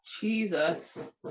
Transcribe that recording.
Jesus